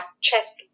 chest